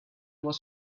was